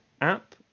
app